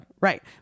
Right